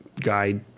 guide